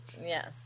Yes